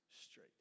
straight